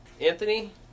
Anthony